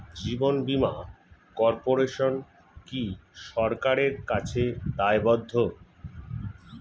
জীবন বীমা কর্পোরেশন কি সরকারের কাছে দায়বদ্ধ?